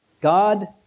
God